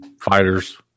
fighters